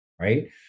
right